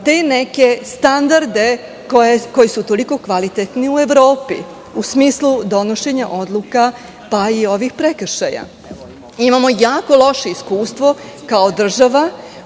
te neke standarde koji su toliko kvalitetni u Evropi u smislu donošenja odluka pa i ovih prekršaja. Imamo jako loše iskustvo kao država